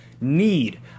need